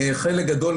חלק גדול,